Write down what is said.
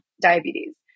diabetes